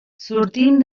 sortim